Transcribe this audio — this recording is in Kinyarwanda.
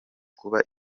kuba